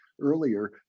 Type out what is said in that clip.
earlier